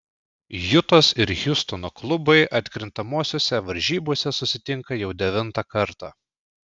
jutos ir hjustono klubai atkrintamosiose varžybose susitinka jau devintą kartą